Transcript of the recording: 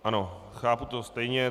Ano, chápu to stejně.